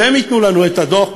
שהם ייתנו לנו את הדוח,